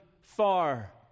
far